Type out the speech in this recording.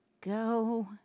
go